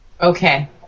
Okay